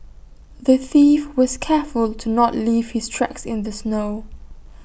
the thief was careful to not leave his tracks in the snow